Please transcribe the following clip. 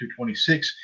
226